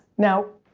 now,